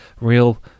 real